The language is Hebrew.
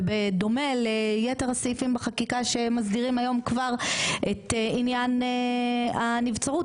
ובדומה ליתר הסעיפים בחקיקה שמסדירים היום כבר את עניין הנבצרות,